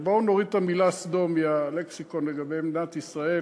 בואו נוריד את המילה סדום מהלקסיקון לגבי מדינת ישראל.